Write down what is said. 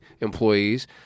employees